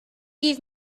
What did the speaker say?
give